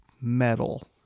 metal